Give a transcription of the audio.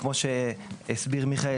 כמו שהסביר מיכאל